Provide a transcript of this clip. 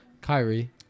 Kyrie